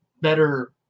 better –